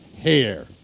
hair